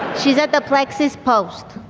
she's at the plexus post.